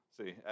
See